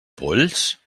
polls